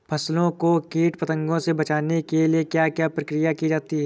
फसलों को कीट पतंगों से बचाने के लिए क्या क्या प्रकिर्या की जाती है?